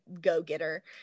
go-getter